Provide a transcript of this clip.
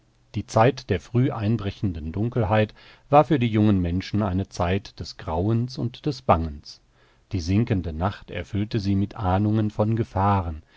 die zeit der früh einbrechenden dunkelheit war für die jungen menschen eine zeit des grauens und des bangens die sinkende nacht erfüllte sie mit ahnungen von gefahren